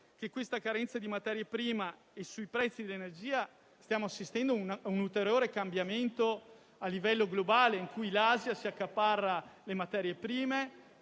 della carenza di materie prime, dei prezzi dell'energia e del fatto che stiamo assistendo un ulteriore cambiamento a livello globale in cui l'Asia si accaparra le materie prime,